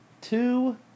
two